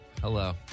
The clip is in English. Hello